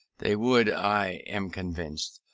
they would, i am convinced,